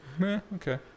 Okay